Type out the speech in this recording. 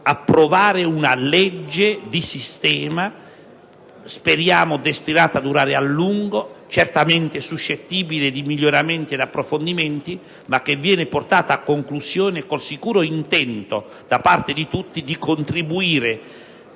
di una legge di sistema, speriamo destinata a durare a lungo, certamente suscettibile di miglioramenti e di approfondimenti, ma che viene portata a conclusione con il sicuro intento da parte di tutti di contribuire